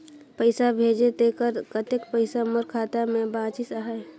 पइसा भेजे तेकर कतेक पइसा मोर खाता मे बाचिस आहाय?